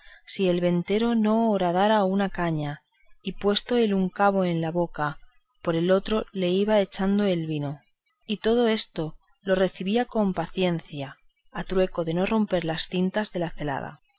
si el ventero no horadara una caña y puesto el un cabo en la boca por el otro le iba echando el vino y todo esto lo recebía en paciencia a trueco de no romper las cintas de la celada